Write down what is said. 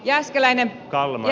jääskeläinen kalvo